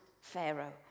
Pharaoh